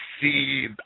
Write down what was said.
see